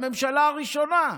הממשלה הראשונה.